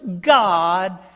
God